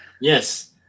Yes